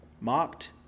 Mocked